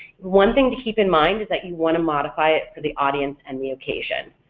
one thing to keep in mind is that you want to modify it for the audience and the occasion.